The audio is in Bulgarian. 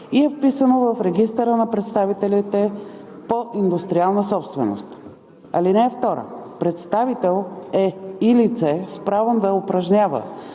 и е вписано в Регистъра на представителите по индустриална собственост. (2) Представител е и лице с право да упражнява